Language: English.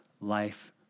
life